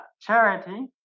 charity